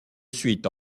suite